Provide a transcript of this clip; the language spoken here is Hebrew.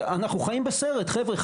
אנחנו חיים בסרט, חבר'ה.